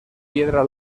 piedra